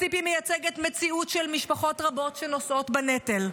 ציפי מייצגת מציאות של משפחות רבות שנושאות בנטל.